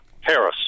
Harris